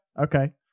Okay